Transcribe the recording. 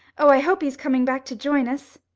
oh, i hope he's coming back to join us.